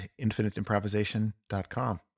infiniteimprovisation.com